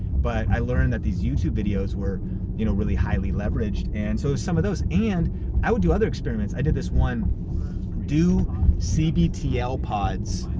but i learned that the youtube videos were you know really highly leveraged, and so some of those. and i would do other experiments. i did this one do cbtl ah pods,